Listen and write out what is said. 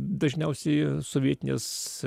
dažniausiai sovietinės